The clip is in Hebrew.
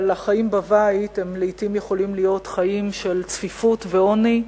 אבל החיים בבית לעתים יכולים להיות חיים של צפיפות ועוני,